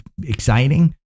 exciting